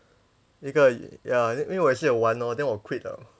一个 ya 因为我也是有玩 hor then 我 quit liao